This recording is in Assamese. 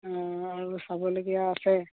অঁ আৰু চাবলগীয়া আছে